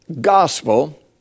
gospel